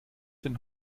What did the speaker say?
den